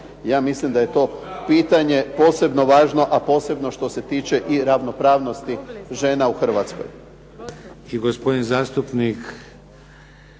Ja mislim da je to pitanje posebno važno, a posebno što se tiče i ravnopravnosti žena u Hrvatskoj.